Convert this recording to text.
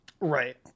right